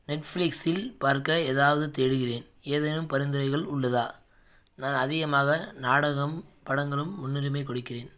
நெட்ஃப்ளிக்ஸில் பார்க்க ஏதாவது தேடுகிறேன் ஏதேனும் பரிந்துரைகள் உள்ளதா நான் அதிகமாக நாடகம் படங்களும் முன்னுரிமை கொடுக்கிறேன்